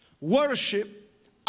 Worship